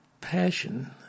passion